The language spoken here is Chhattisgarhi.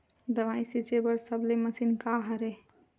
दवाई छिंचे बर सबले मशीन का हरे?